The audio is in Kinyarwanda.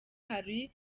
hari